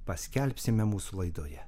paskelbsime mūsų laidoje